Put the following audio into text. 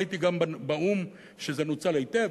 ראיתי גם באו"ם שזה נוצל היטב.